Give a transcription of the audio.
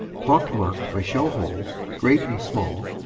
pock-marked by shell holes, great and small,